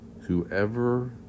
Whoever